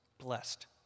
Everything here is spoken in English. blessed